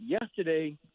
yesterday